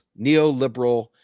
neoliberal